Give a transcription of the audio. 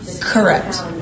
Correct